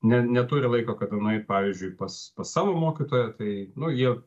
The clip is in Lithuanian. ne neturi laiko kada nueit pavyzdžiui pas pas savo mokytoją tai nu jie